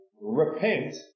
repent